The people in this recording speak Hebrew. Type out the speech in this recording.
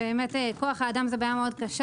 כוח האדם זה בעיה קשה.